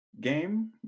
game